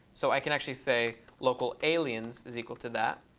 so i can actually say, local aliens is equal to that